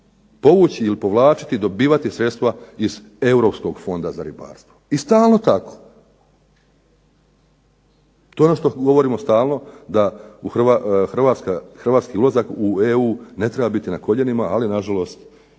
povući ili povlačiti, dobivati sredstva iz Europskog fonda za ribarstvo. I stalno tako. To je ono što govorimo stalno da hrvatski ulazak u EU ne treba biti na koljenima, ali nažalost